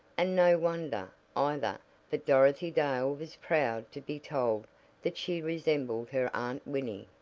and no wonder, either, that dorothy dale was proud to be told that she resembled her aunt winnie.